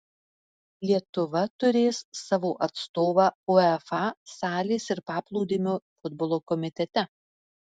lietuva turės savo atstovą uefa salės ir paplūdimio futbolo komitete